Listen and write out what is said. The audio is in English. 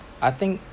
I think